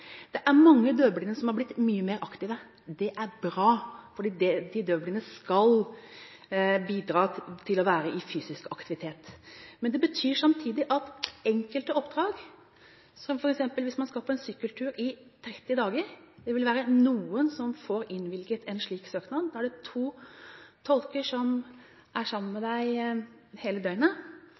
Det er mange døvblinde som har blitt mye mer aktive. Det er bra, for de døvblinde skal være i fysisk aktivitet. Når det gjelder enkelte oppdrag, f.eks. hvis man skal på en sykkeltur i 30 dager, vil det være noen som får innvilget en slik søknad. Da er det to tolker som er sammen med deg hele døgnet.